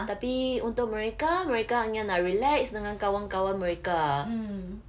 tapi untuk mereka mereka hanya nak relax dengan kawan kawan mereka